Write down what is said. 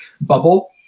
bubble